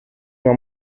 una